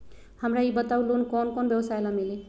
हमरा ई बताऊ लोन कौन कौन व्यवसाय ला मिली?